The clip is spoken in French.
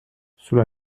cela